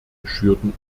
geschürten